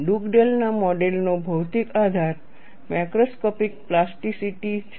ડુગડેલના model Dugdale's modelનો ભૌતિક આધાર મેક્રોસ્કોપિક પ્લાસ્ટિસિટી છે